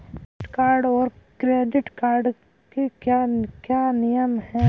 Debit card और credit card के क्या क्या नियम हैं?